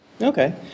Okay